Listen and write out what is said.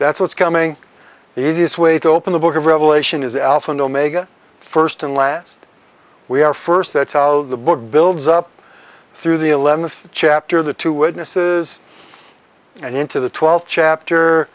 that's what's coming the easiest way to open the book of revelation is alpha and omega first and last we are first that's how the book builds up through the eleventh chapter of the two witnesses and into the twelfth chapter